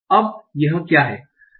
अब यह क्या है